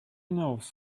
knows